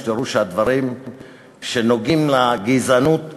שתראו את הדברים שנוגעים לגזענות הסמויה,